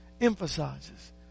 emphasizes